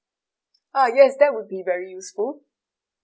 ah yes that would be very useful